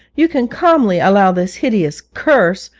you can calmly allow this hideous curse,